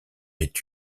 est